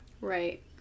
Right